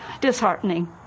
Disheartening